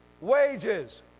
wages